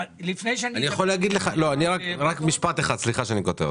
רק משפט אחד, וסליחה שאני קוטע אותך.